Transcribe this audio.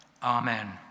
Amen